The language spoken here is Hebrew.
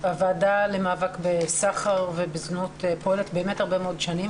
הוועדה למאבק בסחר ובזנות פועלת הרבה מאוד שנים